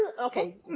Okay